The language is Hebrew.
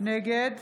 נגד